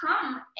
come